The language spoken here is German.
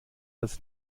das